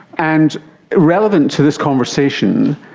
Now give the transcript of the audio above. and relevant to this conversation,